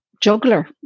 juggler